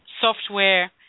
software